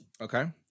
Okay